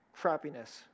crappiness